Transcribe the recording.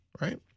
right